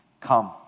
come